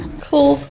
cool